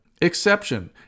Exception